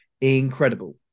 incredible